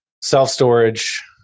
self-storage